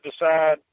decide